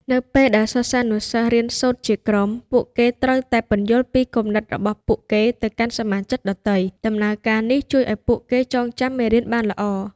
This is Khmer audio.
នៅពេលដែលសិស្សានុសិស្សរៀនសូត្រជាក្រុម ពួកគេត្រូវតែពន្យល់ពីគំនិតរបស់ពួកគេទៅកាន់សមាជិកដទៃ។ ដំណើរការនេះជួយឲ្យពួកគេចងចាំមេរៀនបានល្អ។